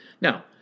Now